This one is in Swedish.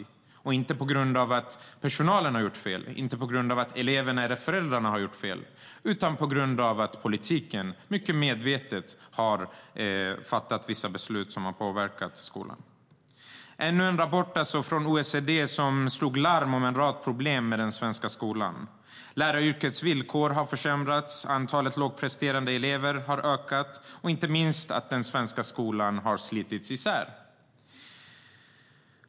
Den har inte hamnat där på grund av att personalen, eleverna eller föräldrarna har gjort fel utan på grund av att politiken mycket medvetet har fattat vissa beslut som har påverkat skolan. Det har alltså kommit ännu en rapport från OECD som slår larm om en rad problem i den svenska skolan. Läraryrkets villkor har försämrats, antalet lågpresterande elever har ökat och inte minst har den svenska skolan slitits isär.